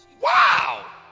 Wow